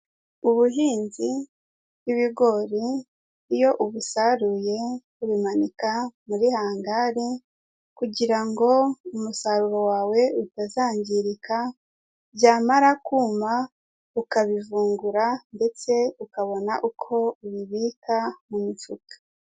Ubuhinzi bw'ibigori iyo ubusaruye ubimanika muri hangari kugira ngo umusaruro wawe utazangirika, byamara kuma ukabivungura ndetse ukabona uko ubibika mu mifuka.